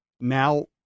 Now